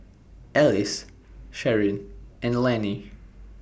Ellis Sharyn and Lanny